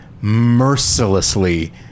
mercilessly